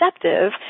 perceptive